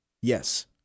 Yes